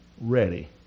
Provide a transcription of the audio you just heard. ready